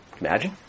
Imagine